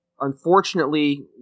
Unfortunately